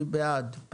אני בעד.